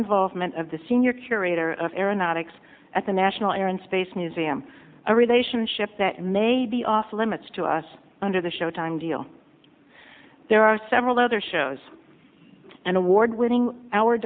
involvement of the senior curator of aeronautics at the national air and space museum a relationship that may be off limits to us under the showtime deal there are several other shows and award winning hour